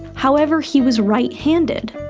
however he was right handed.